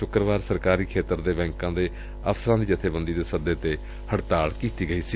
ਸੁਕਰਵਾਰ ਸਰਕਾਰੀ ਖੇਤਰ ਦੇ ਬੈਂਕਾਂ ਦੇ ਅਫਸਰਾਂ ਦੀ ਜਬੇਬੰਦੀ ਦੇ ਸੱਦੇ ਤੇ ਹੜਤਾਲ ਕੀਤੀ ਗਈ ਸੀ